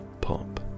pop